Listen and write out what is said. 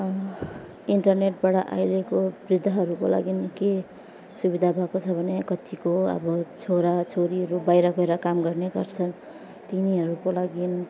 इन्टरनेटबाट अहिलेको वृद्धहरूको लागि के सुविधा भएको छ भने कतिको अब छोराछोरीहरू बाहिर गएर काम गर्ने गर्छ तिनीहरूको लागि